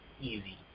easy